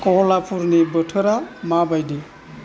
कहलापुरनि बोथोरा माबायदि